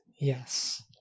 Yes